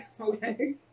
Okay